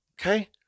okay